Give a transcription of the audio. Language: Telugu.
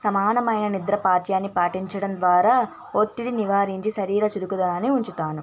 సమానమైన నిద్ర పాట్యాన్ని పాటించడం ద్వారా ఒత్తిడి నివారించి శరీర చురుకుదనాన్ని ఉంచుతాను